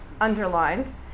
underlined